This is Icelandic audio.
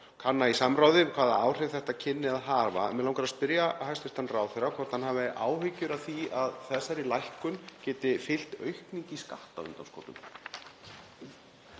kanna í samráði hvaða áhrif þetta kynni að hafa. Mig langar að spyrja hæstv. ráðherra hvort hann hafi áhyggjur af því að þessari lækkun geti fylgt aukning í skattundanskotum.